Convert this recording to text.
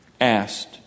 asked